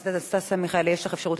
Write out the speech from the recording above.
התשכ"א 1961 7 אנסטסיה מיכאלי (ישראל ביתנו):